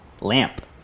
Lamp